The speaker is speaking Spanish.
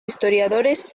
historiadores